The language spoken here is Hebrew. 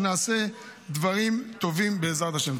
שנעשה דברים טובים, בעזרת השם.